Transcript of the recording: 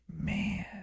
Man